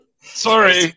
Sorry